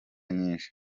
nyinshi